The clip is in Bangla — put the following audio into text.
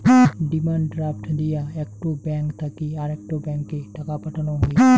ডিমান্ড ড্রাফট দিয়া একটো ব্যাঙ্ক থাকি আরেকটো ব্যাংকে টাকা পাঠান হই